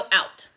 out